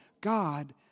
God